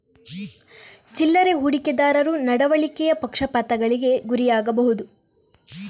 ಚಿಲ್ಲರೆ ಹೂಡಿಕೆದಾರರು ನಡವಳಿಕೆಯ ಪಕ್ಷಪಾತಗಳಿಗೆ ಗುರಿಯಾಗಬಹುದು